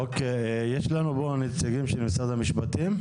אוקיי, יש לנו פה נציגים של משרד המשפטים?